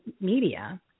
media